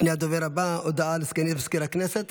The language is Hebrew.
לפני הדובר הבא, הודעה לסגנית מזכיר הכנסת.